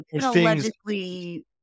allegedly